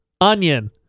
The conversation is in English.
Onion